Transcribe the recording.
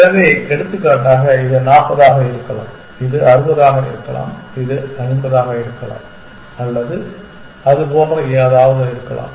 எனவே எடுத்துக்காட்டாக இது 40 ஆக இருக்கலாம் இது 60 ஆக இருக்கலாம் இது 50 ஆக இருக்கலாம் அல்லது அது போன்ற ஏதாவது இருக்கலாம்